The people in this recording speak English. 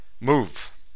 Move